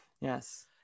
Yes